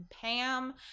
Pam